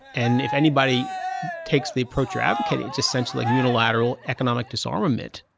and if anybody takes the approach you're advocating, it's essentially unilateral economic disarmament,